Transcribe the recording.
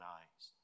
eyes